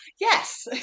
Yes